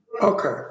okay